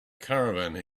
caravan